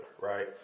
right